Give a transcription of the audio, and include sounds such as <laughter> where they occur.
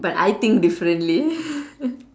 but I think differently <laughs>